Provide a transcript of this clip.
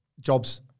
Jobs